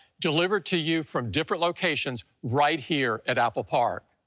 delivered to you from different locations right here at apple park.